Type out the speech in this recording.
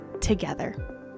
together